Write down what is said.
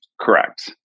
Correct